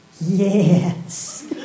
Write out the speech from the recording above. Yes